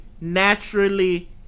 naturally